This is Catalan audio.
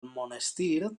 monestir